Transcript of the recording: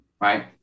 right